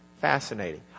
Fascinating